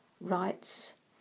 rights